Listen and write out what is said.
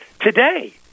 today